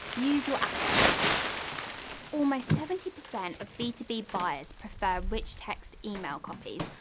use your assets almost seventy percent of b two b buyers prefer rich text email copies,